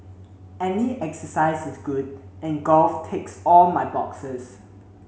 any exercise is good and golf ticks all my boxes